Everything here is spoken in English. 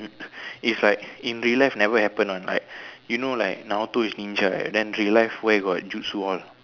it's like in real life never happen one like you know like Naruto is ninja right then real life where got jutsu all